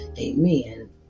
Amen